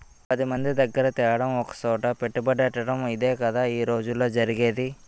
పదిమంది దగ్గిర తేడం ఒకసోట పెట్టుబడెట్టటడం ఇదేగదా ఈ రోజుల్లో జరిగేది